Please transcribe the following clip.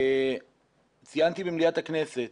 ציינתי במליאת הכנסת